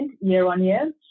year-on-year